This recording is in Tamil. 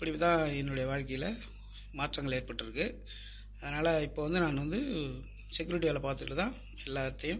அப்படி தான் என்னோட வாழ்க்கையில் மாற்றங்கள் ஏற்பட்டுருக்கு அதனால் இப்போ வந்து நான் வந்து செக்யூரிட்டி வேலை பார்த்துட்டு தான் எல்லாத்தையும்